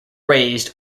raised